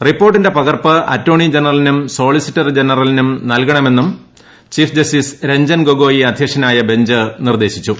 റിപ്പോർട്ടിന്റെ പകർപ്പ് അറ്റോർണി ജനറലിനും സോളിസിറ്റർ ജനറലിനും നൽകണമെന്നും ചീഫ് ജസ്റ്റിസ് രഞ്ചൻ ഗൊഗോയ് അധ്യക്ഷനായ ബഞ്ച് നിർദ്ദേശിച്ചു